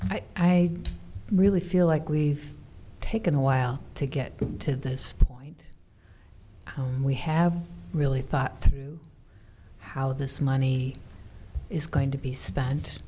divorce i really feel like we've taken a while to get to this point we have really thought through how this money is going to be spent